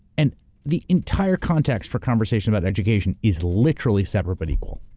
and the entire context for conversation about education is literally separate but equal.